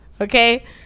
Okay